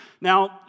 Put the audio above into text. Now